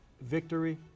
victory